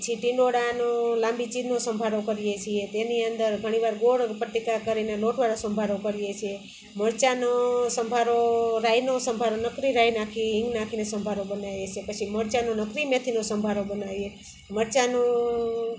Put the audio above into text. પછી ટીંડોળાનો લાંબીચીરનો સંભારો કરીએ છીએ તેની અંદર ઘણી વાર ગોળ પતીકાં કરીને લોટવાળો સંભારો કરીએ છીએ મરચાંનો સંભારો રાયનો સંભારો નકરી રાય નાખી હિંગ નાખીને સંભારો બનાવીએ છીએ પછી મરચાંનું નકરી મેથીનો સંભારો બનાવીએ મરચાંનો